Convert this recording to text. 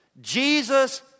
Jesus